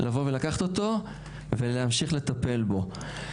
לבוא ולקחת אותו ולהמשיך לטפל בו.